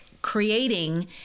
Creating